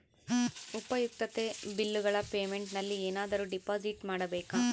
ಉಪಯುಕ್ತತೆ ಬಿಲ್ಲುಗಳ ಪೇಮೆಂಟ್ ನಲ್ಲಿ ಏನಾದರೂ ಡಿಪಾಸಿಟ್ ಮಾಡಬೇಕಾ?